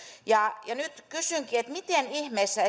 nyt kysynkin miten ihmeessä